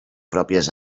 pròpies